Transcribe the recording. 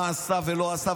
מה עשה ולא עשה.